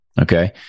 Okay